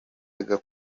yajyaga